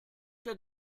der